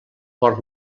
port